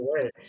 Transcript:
away